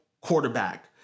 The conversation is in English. quarterback